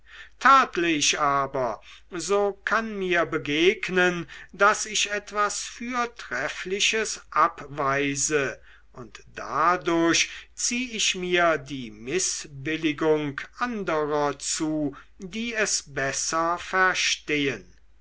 aber so kann mir begegnen daß ich etwas fürtreffliches abweise und dadurch zieh ich mir die mißbilligung anderer zu die es besser verstehen